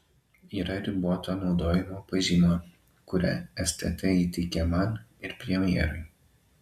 yra riboto naudojimo pažyma kurią stt įteikė man ir premjerui